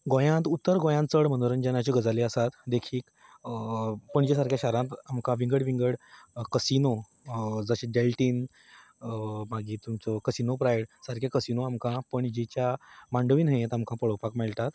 गोंयांत उत्तर गोंयान चड मनोरंजनाच्यो गजाली आसात देखीक पणजे सारक्या शहरांत आमकां विंगड विंगड कसिनो जशे डॅल्टीन मागीर तुमचो कसिनो प्रायड सारके कसिनो आमकां पणजेच्या मांडवी न्हंयेंत आमकां पळोवपाक मेळटात